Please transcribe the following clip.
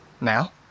Now